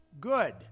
good